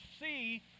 see